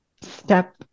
step